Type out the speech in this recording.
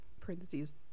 parentheses